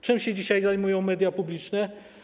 Czym się dzisiaj zajmują media publiczne?